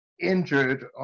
injured